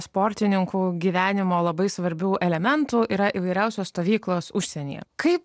sportininkų gyvenimo labai svarbių elementų yra įvairiausios stovyklos užsienyje kaip